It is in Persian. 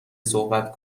صحبت